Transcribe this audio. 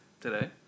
today